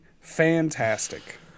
fantastic